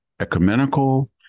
ecumenical